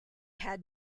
had